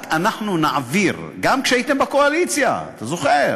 רק אנחנו נעביר, גם כשהייתם בקואליציה, אתה זוכר?